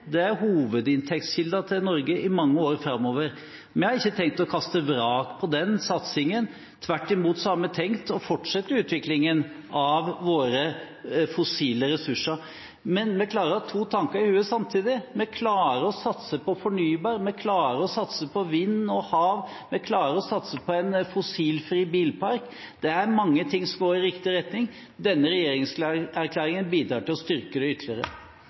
det er hovedinntektskilden til Norge i mange år framover. Vi har ikke tenkt å kaste vrak på den satsingen. Tvert imot har vi tenkt å fortsette utviklingen av våre fossile ressurser. Men vi klarer å ha to tanker i hodet samtidig. Vi klarer å satse på fornybar, vi klarer å satse på vind og hav, vi klarer å satse på en fossilfri bilpark. Det er mange ting som går i riktig retning. Denne regjeringserklæringen bidrar til å styrke det ytterligere.